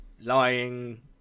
lying